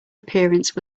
appearance